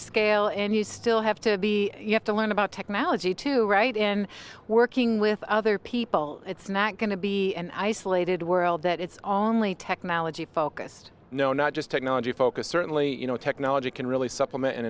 scale and you still have to be you have to learn about technology to write in working with other people it's not going to be an isolated world that it's on li technology focused no not just technology focus certainly you know technology can really supplement